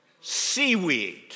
Seaweed